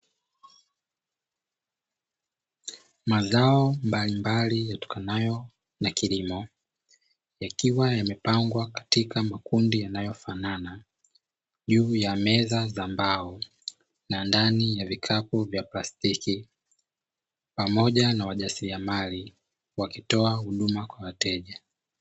Mazao mbalimbali yatokanayo na kilimo yakiwa yamepangwa katika makundi yanayofanana juu ya meza za mbao na ndani ya vikapu vya plastiki, pamoja na wajasiriamali wakitoa huduma kwa wateja.